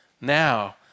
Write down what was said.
Now